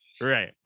Right